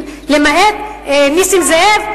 למעט נסים זאב,